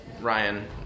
Ryan